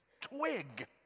twig